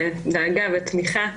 דאגה ותמיכה.